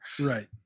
Right